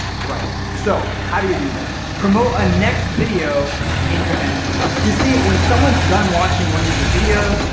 right. so how do you do that? promote a next video in your end screen. you see when someone's done watching one of your videos,